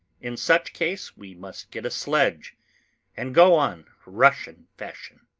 in such case we must get a sledge and go on, russian fashion.